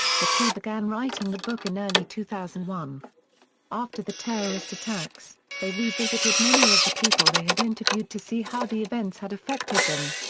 the two began writing the book in early two thousand and one after the terrorist attacks, they revisited many of the people they had interviewed to see how the events had affected them.